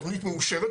תוכנית מאושרת,